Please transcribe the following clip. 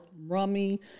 rummy